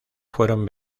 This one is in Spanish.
fueron